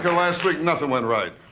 last week nothin' went right.